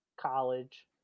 college